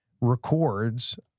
records